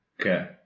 Okay